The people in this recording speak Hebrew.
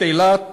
פעילת